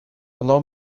allow